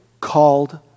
called